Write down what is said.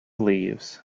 leaves